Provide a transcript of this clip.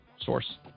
Source